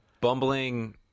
bumbling